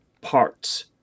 parts